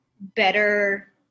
better